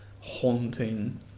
haunting